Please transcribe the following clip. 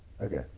okay